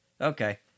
Okay